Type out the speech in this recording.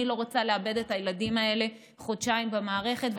אני לא רוצה לאבד את הילדים האלה חודשיים במערכת,